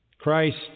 Christ